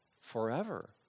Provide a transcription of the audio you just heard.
forever